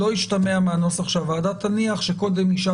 לא ישתמע מהנוסח שהוועדה תניח שקודם אישה